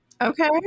okay